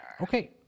Okay